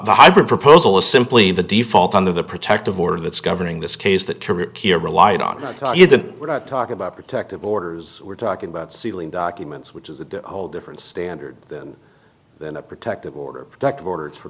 the hybrid proposal is simply the default under the protective order that's governing this case that period here relied on we're not talking about protective orders we're talking about sealing documents which is a whole different standard than a protective order protective order for